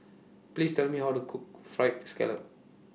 Please Tell Me How to Cook Fried Scallop